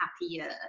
happier